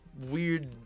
weird